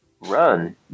run